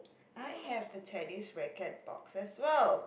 I have the tennis racket box as well